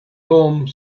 home